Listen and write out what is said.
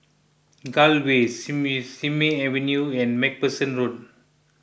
Gul Way Simei Simei Avenue and MacPherson Road